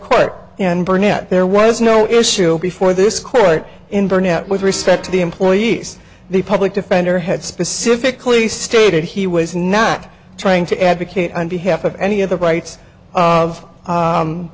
court and burnett there was no issue before this court in burnett with respect to the employees the public defender had specifically stated he was not trying to advocate on behalf of any of the rights of